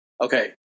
Okay